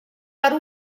para